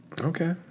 Okay